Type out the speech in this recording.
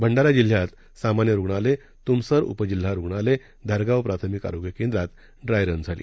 भंडारा जिल्ह्यात सामान्य रुग्णालय तुमसर उपजिल्ह रुग्णालय धारगाव प्राथमिक आरोग्य केंद्रात ड्राय रन झाली